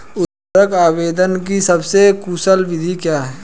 उर्वरक आवेदन की सबसे कुशल विधि क्या है?